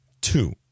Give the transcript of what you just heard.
Two